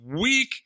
weak